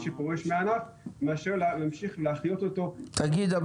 שפורש מהענף מאשר להמשיך להחיות אותו --- תגיד,